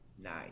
Nice